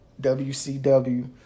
WCW